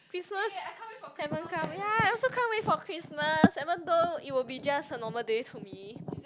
Christmas haven't come ya I also can't wait for Christmas even though it will be just a normal day to me